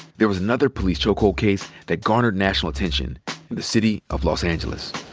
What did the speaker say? there was another police chokehold case that garnered national attention in the city of los angeles.